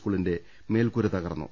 സ്കൂളിന്റെ മേൽക്കൂര തകർന്നു